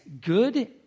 good